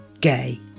gay